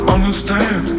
Understand